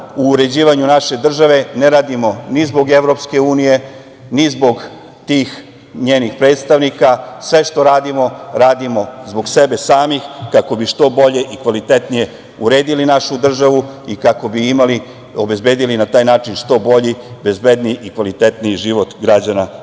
u uređivanju naše države ne radimo ni zbog EU, ni zbog tih njenih predstavnika. Sve što radimo radimo zbog sebe samih kako bi što bolje i kvalitetnije uredili našu državu i kako bi imali, obezbedili na taj način što bolji, bezbedniji i kvalitetniji život građana